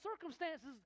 circumstances